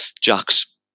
Jack's